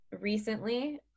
recently